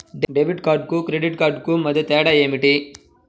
Debit కార్డుకు credit credit కార్డుకు మధ్య తేడా ఏమిటీ?